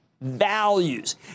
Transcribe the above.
Values